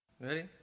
Ready